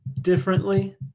differently